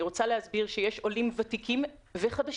אני רוצה להסביר, שיש עולים ותיקים וחדשים,